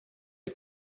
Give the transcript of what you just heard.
est